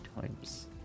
times